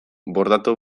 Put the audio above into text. bordatu